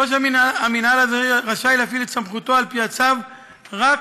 ראש המינהל האזרחי רשאי להפעיל את סמכותו על-פי הצו רק